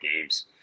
games